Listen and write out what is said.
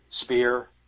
spear